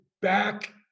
back